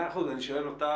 אז אני שואל אותך,